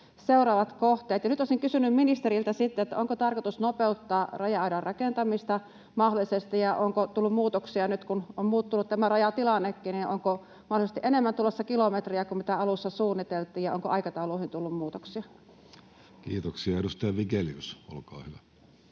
seuraavat kohteet. Nyt olisin kysynyt sitten ministeriltä: Onko tarkoitus mahdollisesti nopeuttaa raja-aidan rakentamista? Ja onko tullut muutoksia, nyt kun on muuttunut tämä rajatilannekin, onko mahdollisesti tulossa enemmän kilometrejä kuin mitä alussa suunniteltiin, ja onko aikatauluihin tullut muutoksia? Kiitoksia. — Edustaja Vigelius, olkaa hyvä.